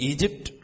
Egypt